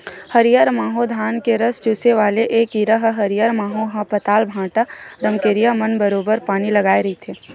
हरियर माहो धान के रस चूसे वाले ऐ कीरा ह हरियर माहो ह पताल, भांटा, रमकरिया मन म बरोबर बानी लगाय रहिथे